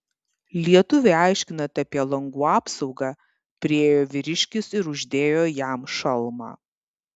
lietuviui aiškinant apie langų apsaugą priėjo vyriškis ir uždėjo jam šalmą